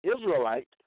Israelite